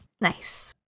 Nice